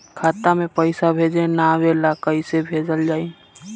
खाता में पईसा भेजे ना आवेला कईसे भेजल जाई?